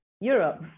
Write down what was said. Europe